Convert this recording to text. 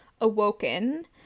awoken